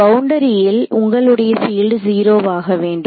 பவுண்டரியில் உங்களுடைய பீல்டு 0 வாக வேண்டும்